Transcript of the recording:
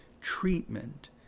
Treatment